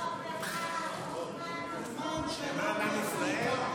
תחזור בך, רוטמן, תחזור בך.